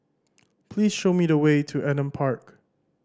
please show me the way to Adam Park